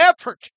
effort